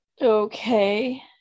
Okay